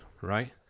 right